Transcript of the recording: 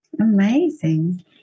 Amazing